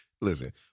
Listen